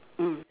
mm